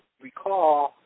recall